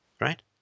Right